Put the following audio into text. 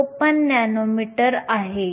54 nanometre आहे